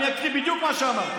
אני אקריא בדיוק מה שאמרת.